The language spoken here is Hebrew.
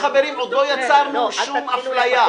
חברים, עוד לא יצרנו שום אפליה.